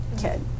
kid